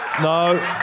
no